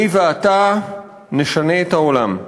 "אני ואתה נשנה את העולם,